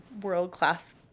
world-class